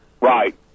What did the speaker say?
Right